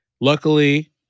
Luckily